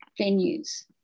venues